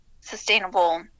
sustainable